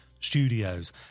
studios